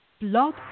Blog